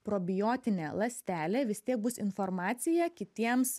probiotinė ląstelė vis tiek bus informacija kitiems